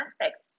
aspects